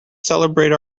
celebrate